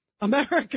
America